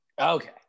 Okay